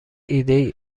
ایدهای